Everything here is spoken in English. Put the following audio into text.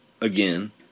again